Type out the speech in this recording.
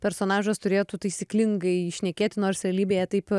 personažas turėtų taisyklingai šnekėti nors realybėje taip